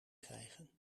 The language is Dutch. krijgen